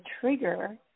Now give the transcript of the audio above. trigger